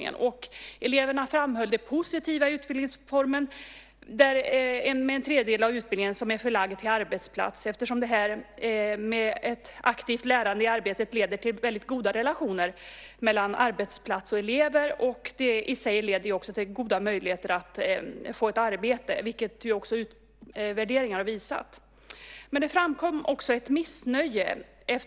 Eleverna framhöll den positiva utbildningsformen, där en tredjedel av utbildningen är förlagd till arbetsplatser. Detta med ett aktivt lärande i arbetet leder nämligen till goda relationer mellan arbetsplats och elever, och det i sin tur leder till goda möjligheter att få ett arbete, vilket också utvärderingar visat. Men det framkom också ett missnöje.